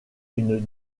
une